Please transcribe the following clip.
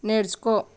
నేర్చుకో